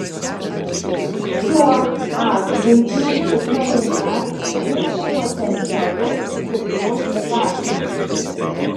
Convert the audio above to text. šiuo atžvilgiu ukraina būtų potencialus stiprus partneris